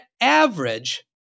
average